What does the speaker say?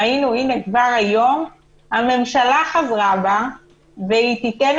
ראינו כבר היום שהממשלה חזרה בה והיא תיתן